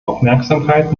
aufmerksamkeit